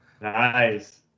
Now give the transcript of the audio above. Nice